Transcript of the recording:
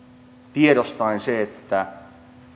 tiedostaen se että